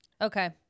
Okay